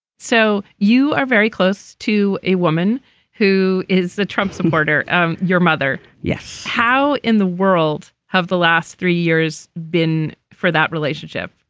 so you are very close to a woman who is a trump supporter um your mother. yes. how in the world have the last three years been for that relationship.